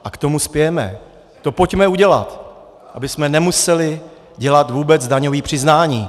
A k tomu spějeme, to pojďme udělat, abychom nemuseli dělat vůbec daňové přiznání.